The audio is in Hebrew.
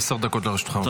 עשר דקות לרשותך, בבקשה.